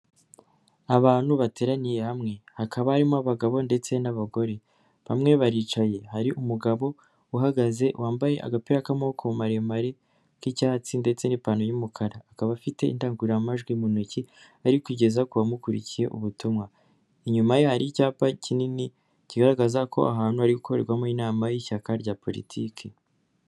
Abantu bateraniye hamwe, hakaba harimo abagabo ndetse n'abagore, bamwe baricaye, hari umugabo uhagaze wambaye agapira k'amaboko maremare k'icyatsi ndetse n'ipantaro y'umukara, akaba afite indangururamajwi mu ntoki ari kugeza ku bamukurikiye ubutumwa, inyuma ye icyapa kinini kigaragaza ko aho ahantu hari gukorerwamo inama y'ishyaka rya politiki.